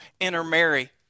intermarry